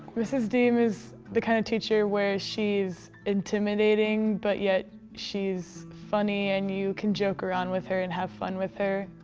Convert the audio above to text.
mrs. diem is the kind of teacher where she's intimidating but, yet, she's funny and you can joke around with her and have fun with her.